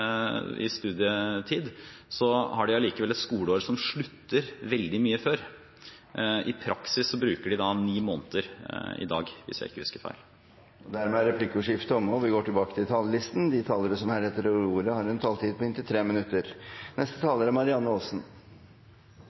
i studietid, har de allikevel et skoleår som slutter veldig mye før. I praksis bruker de ni måneder i dag, hvis jeg ikke husker feil. Dermed er replikkordskiftet omme. De talere som heretter får ordet, har en taletid på inntil 3 minutter.